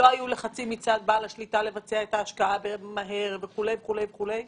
שלא היו לחצים מצד בעל השליטה לבצע את ההשקעה מהר וכו' וכו' וכו'?